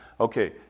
okay